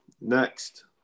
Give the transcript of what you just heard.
Next